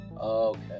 okay